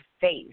face